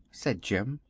said jim.